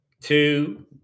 two